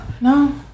No